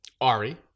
Ari